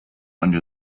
under